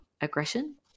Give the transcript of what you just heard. aggression